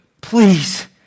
please